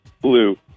Blue